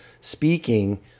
speaking